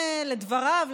לדבריו,